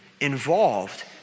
involved